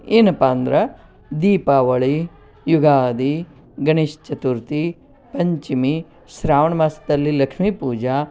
ಏನಪ್ಪ ಅಂದ್ರೆ ದೀಪಾವಳಿ ಯುಗಾದಿ ಗಣೇಶ ಚತುರ್ಥಿ ಪಂಚಮಿ ಶ್ರಾವಣ ಮಾಸದಲ್ಲಿ ಲಕ್ಷ್ಮೀ ಪೂಜೆ